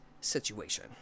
situation